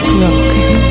Broken